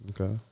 Okay